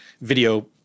video